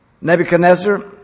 Nebuchadnezzar